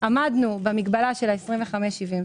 עמדנו במגבלה של 25-75,